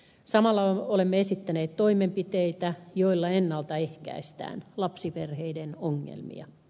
samalla olemme esittäneet toimenpiteitä joilla ennaltaehkäistään lapsiperheiden ongelmia